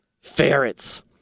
ferrets